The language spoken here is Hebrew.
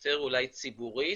יותר אולי ציבורית,